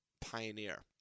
Pioneer